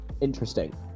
interesting